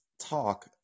talk